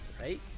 right